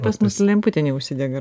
pas mus lemputė neužsidega